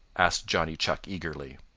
asked johnny chuck eagerly.